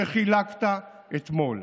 שחילקת אתמול.